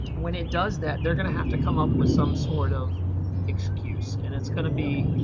when it does that, they're going to have to come up with some sort of excuse and it's going to be,